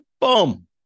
Boom